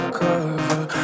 cover